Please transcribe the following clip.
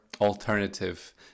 alternative